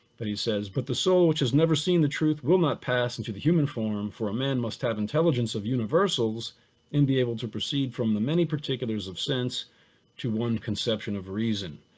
but he says, but the soul which has never seen the truth will not pass into the human form for a man must have intelligence of universals and be able to proceed from the many particulars of sense to one conception of reason.